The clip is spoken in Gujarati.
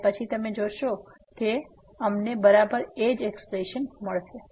અને પછી તમે જોશો કે અમને બરાબર એ જ એક્સપ્રેશન મળશે